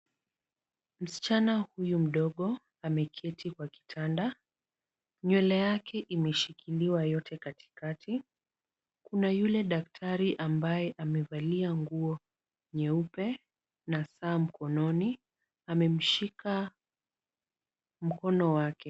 Msichana huyu mdogo ameketi kwa kitanda, nywele yake imeshikiliwa yote katikati. Kuna yule daktari ambaye amevalia nguo nyeupe na saa mkononi, amemshika mkono wake.